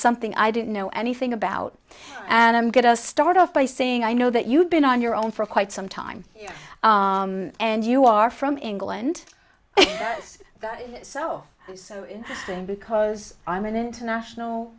something i didn't know anything about and i'm going to start off by saying i know that you've been on your own for quite some time and you are from england so soon because i'm an international